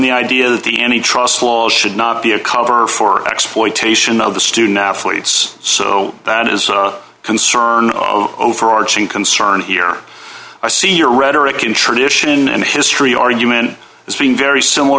the idea that the any trust laws should not be a cover for exploitation of the student athletes so that is a concern overarching concern here i see your rhetoric in tradition and history our human is being very similar